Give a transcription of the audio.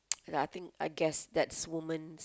yeah I think I guess that's women